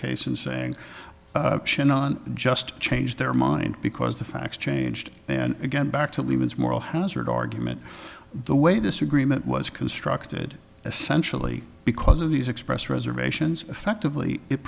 case and saying just change their mind because the facts changed and again back to leave its moral hazard argument the way this agreement was constructed essentially because of these express reservations effectively it